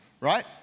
right